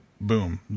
boom